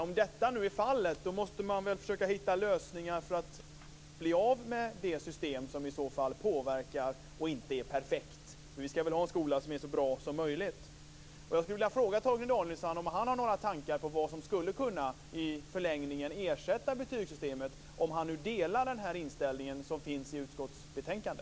Om så är fallet måste man väl försöka hitta lösningar för att bli av med ett system som påverkar men som inte är perfekt, för vi skall väl ha en skola som är så bra som möjligt. Har Torgny Danielsson några tankar på vad som i en förlängning skulle kunna ersätta betygssystemet - om han nu delar den inställning som kommer till uttryck i utskottets betänkande?